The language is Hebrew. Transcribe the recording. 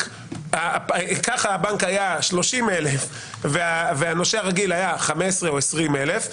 ככה הבנק היה 30,000 והנושה הרגיל היה 15,000 או 20,000,